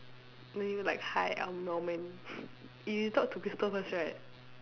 then you like hi I'm Norman you talk to Crystal first right